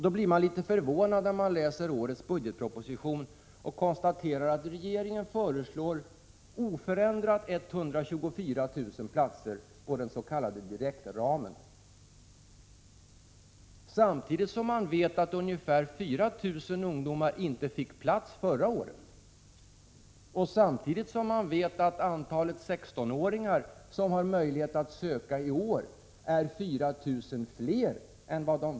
Då blir man litet förvånad när man läser årets budgetproposition och konstaterar att regeringen föreslår oförändrade 124 000 platser på den s.k. direktramen, samtidigt som man vet att ungefär 4 000 ungdomar inte fick plats förra året och samtidigt som man vet att antalet 16-åringar som har möjlighet att söka i år är 4 000 fler än förra året.